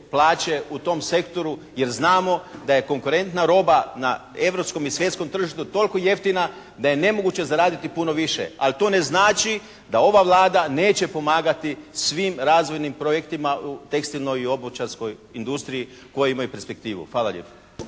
plaće u tom sektoru jer znamo da je konkurentna roba na europskom i svjetskom tržištu toliko jeftina da je nemoguće zaraditi puno više. Ali to ne znači da ova Vlada neće pomagati svim razvojnim projektima u tekstilnoj i obućarskoj industriji koji imaju perspektivu. Hvala lijepa.